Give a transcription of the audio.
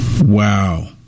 wow